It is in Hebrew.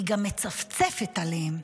היא גם מצפצפת עליהם.